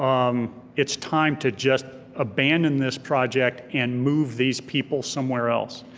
um it's time to just abandon this project and move these people somewhere else.